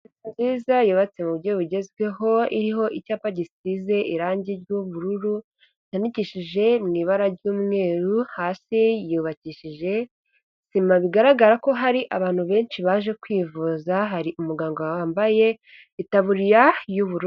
Inzu nziza yubatse mu buryo bugezweho iriho icyapa gisize irangi ry'ubururu yanikishije mu ibara ry'umweru hasi yubakishije sima bigaragara ko hari abantu benshi baje kwivuza hari umuganga wambaye itaburiya y'ubururu.